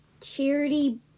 Charity